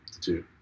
two